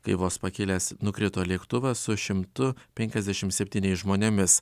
kai vos pakilęs nukrito lėktuvas su šimtu penkiasdešim septyniais žmonėmis